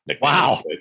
Wow